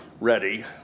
ready